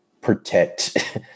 protect